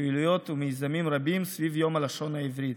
פעילויות ומיזמים רבים סביב יום הלשון העברית.